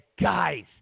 guys